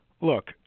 look